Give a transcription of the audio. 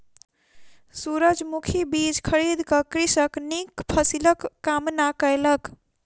सूरजमुखी बीज खरीद क कृषक नीक फसिलक कामना कयलक